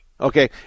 Okay